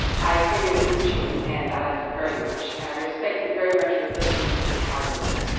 i saw your food chain, and i liked it very much, and i respected very much your ability to take high risk.